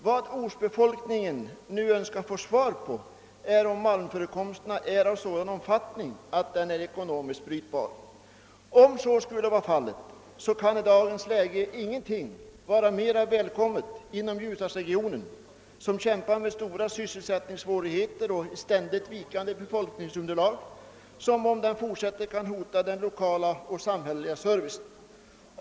Vad ortsbefolkningen nu närmast önskar få svar på är om malmförekomsterna är av sådan omfattning att de är ekonomiskt brytbara. Om så skulle vara fallet kan i dagens läge ingenting vara mera välkommet inom ljusdalsregionen, som kämpar med stora sysselsättningssvårigheter och ett vikande befolkningsunderlag, vilket om utvecklingen fortsätter kan hota den lokala och samhälleliga servicen.